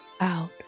out